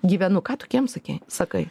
gyvenu ką tokiems sakei sakai